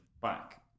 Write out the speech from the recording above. back